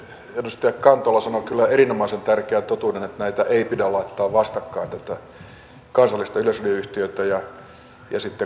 edustaja kantola sanoi kyllä erinomaisen tärkeän totuuden että näitä ei pidä laittaa vastakkain tätä kansallista yleisradioyhtiötä ja sitten kaupallista mediaa